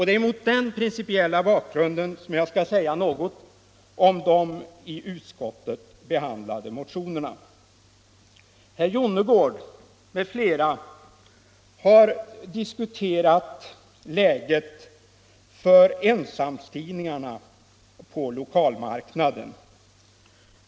Det är mot den principiella bakgrunden jag skall säga något om de i utskottet behandlade motionerna. Herr Jonnergård m.fl. har diskuterat läget för ensamtidningarna på lokalmarknaden.